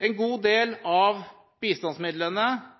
En god del av bistandsmidlene,